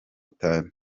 itanu